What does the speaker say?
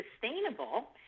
sustainable